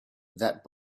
that